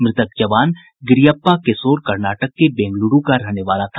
मृतक जवान गिरिअप्पा केसोर कर्नाटक के बेंगलुरू का रहने वाला था